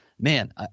man